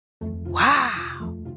Wow